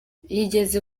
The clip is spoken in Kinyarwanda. yigeze